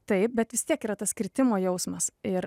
taip bet vis tiek yra tas kritimo jausmas ir